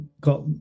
got